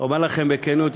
אומר לכם בכנות,